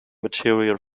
material